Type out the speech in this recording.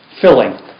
filling